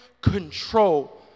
control